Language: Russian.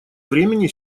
времени